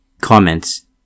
Comments